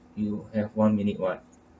you have one minute [what]